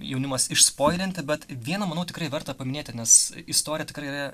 jaunimas išspoilinti bet vieną manau tikrai verta paminėti nes istorija tikrai yra